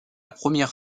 première